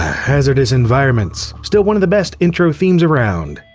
hazardous environments, still one of the best intro themes around.